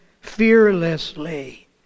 fearlessly